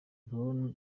brown